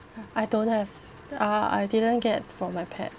I don't have uh I didn't get for my pet